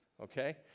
okay